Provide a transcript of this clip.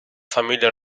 familia